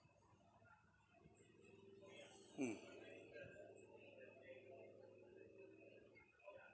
mm